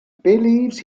believes